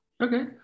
Okay